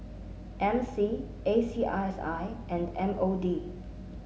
M C A C I S I and M O D